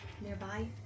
Nearby